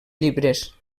llibres